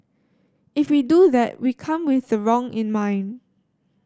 if we do that we come with the wrong in mind